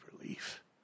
relief